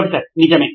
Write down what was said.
professor నిజమే